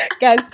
guys